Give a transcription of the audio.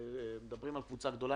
מדברים על קבוצה גדולה.